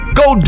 go